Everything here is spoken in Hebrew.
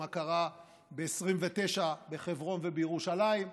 מה קרה ב-1929 בחברון ובירושלים.